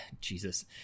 Jesus